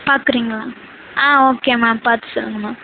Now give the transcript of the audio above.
பார்க்குறீங்களா ஆ okay ma'am பார்த்து சொல்லுங்கள் மேம்